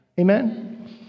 Amen